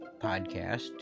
Podcast